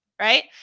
right